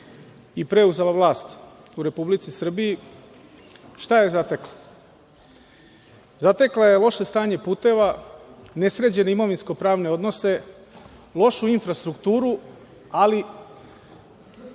i preuzela vlast u Republici Srbiji, šta je zatekla? Zatekla je loše stanje puteva, nesređene imovinsko-pravne odnose, lošu infrastrukturu, ali